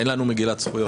אין לנו מגילת זכויות.